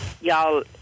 y'all